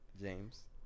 James